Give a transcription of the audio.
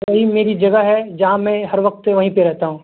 وہی میری جگہ ہے جہاں میں ہر وقت وہیں پہ رہتا ہوں